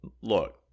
Look